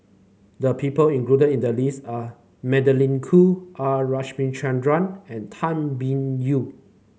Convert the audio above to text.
the people included in the list are Magdalene Khoo R Ramachandran and Tan Biyun